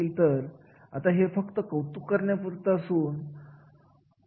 जेव्हा एखाद्या कार्यामध्ये मालकीहक्क तयार होत नसतो तेव्हा अशा कार्याला कर्मचारी खूप महत्व देत नसतात